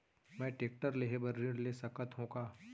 मैं टेकटर लेहे बर ऋण ले सकत हो का?